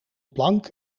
plank